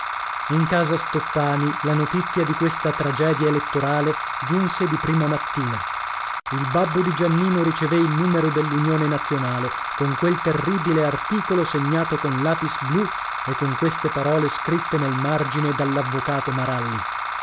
in casa stoppani la notizia di questa tragedia elettorale giunse di prima mattina il babbo di giannino ricevé il numero dell'unione nazionale con quel terribile articolo segnato con lapis bleu e con queste parole scritte nel margine dall'avvocato maralli